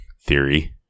theory